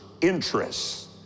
interests